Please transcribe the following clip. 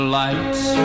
lights